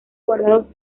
guardados